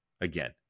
again